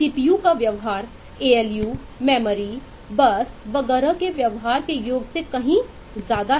CPU और bus वगैरा के व्यवहार के योग से कहीं ज्यादा है